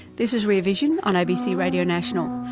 this is rear vision on abc radio national.